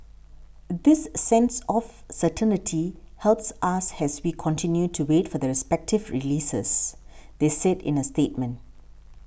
this sense of certainty helps us has we continue to wait for the respective releases they said in a statement